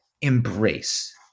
embrace